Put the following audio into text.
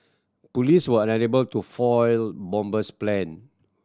police were unable to foil bomber's plan